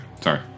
sorry